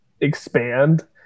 expand